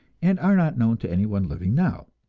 and are not known to anyone living now.